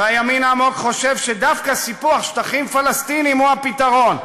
והימין העמוק חושב שדווקא סיפוח שטחים פלסטיניים הוא הפתרון.